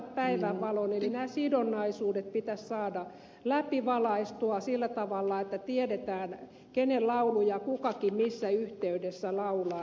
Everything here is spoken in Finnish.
nämä sidonnaisuudet pitäisi saada läpivalaistua sillä tavalla että tiedetään kenen lauluja kukakin missä yhteydessä laulaa